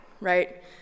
right